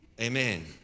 amen